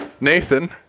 Nathan